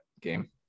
game